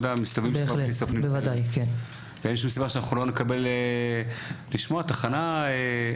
אין שום סיבה שאנחנו לא נקבל לשמוע תחנה.